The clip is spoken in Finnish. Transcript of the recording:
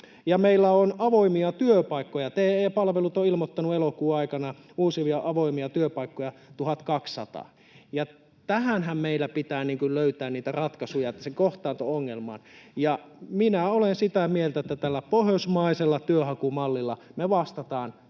meillä on avoimia työpaikkoja. TE-palvelut on ilmoittanut elokuun aikana uusia avoimia työpaikkoja 1 200. Ja tähänhän meillä pitää löytää niitä ratkaisuja, kohtaanto-ongelmaan. Minä olen sitä mieltä, että tällä pohjoismaisella työnhakumallilla me vastataan